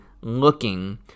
looking